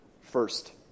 First